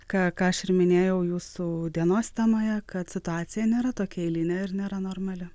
ką ką aš ir minėjau jūsų dienos temoje kad situacija nėra tokia eilinė ir nėra normali